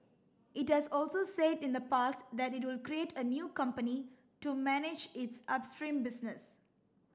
it has also said in the past that it would create a new company to manage its upstream business